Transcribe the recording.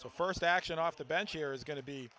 so first action off the bench air is going to be